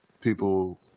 people